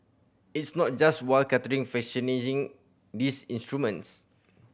it's not just wildcatter fashioning in these instruments